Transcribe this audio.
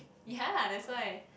ya that's why